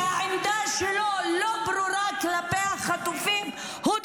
המלחמה הזו לא באה משום מקום כדי להגן על אזרחי מדינית ישראל.